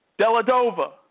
Deladova